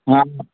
हा